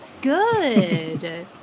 good